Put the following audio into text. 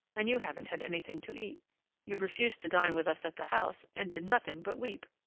and you haven't had anything to eat you refused to dine with us at the house, and did nothing but weep.